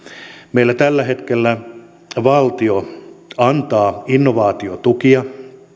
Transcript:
meillä tällä hetkellä valtio antaa innovaatiotukia